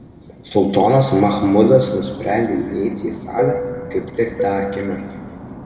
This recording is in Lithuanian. sultonas machmudas nusprendė įeiti į salę kaip tik tą akimirką